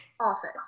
office